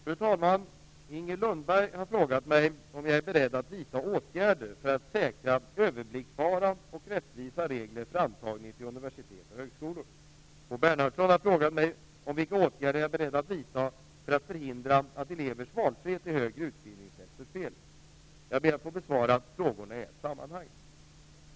Fru talman! Inger Lundberg har frågat mig om jag är beredd att vidta åtgärder för att säkra överblickbara och rättvisa regler för antagning till universitet och högskolor. Bo Bernhardsson har frågat mig vilka åtgärder jag är beredd att vidta för att förhindra att elevers valfrihet till högre utbildning sätts ur spel. Jag ber att få besvara frågorna i ett sammanhang.